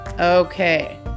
Okay